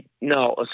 No